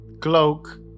cloak